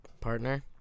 Partner